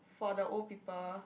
for the old people